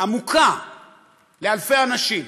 עמוקה לאלפי אנשים.